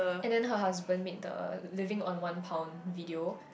and then her husband made the living on one pound video